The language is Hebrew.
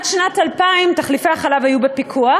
עד שנת 2000 תחליפי החלב היו בפיקוח,